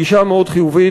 הגישה מאוד חיובית,